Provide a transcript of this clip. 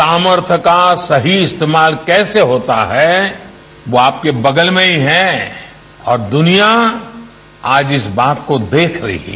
सामर्थ्य का सही इस्तेमाल कैसे होता है वह अपके बगल में ही और दुनिया आज इस बात को देख रही है